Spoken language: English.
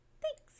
Thanks